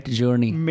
journey